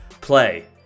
play